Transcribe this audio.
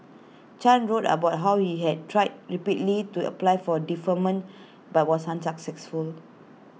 chan wrote about how he had tried repeatedly to apply for deferment but was unsuccessful